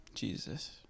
Jesus